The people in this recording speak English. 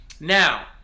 now